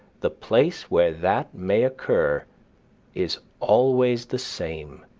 the place where that may occur is always the same,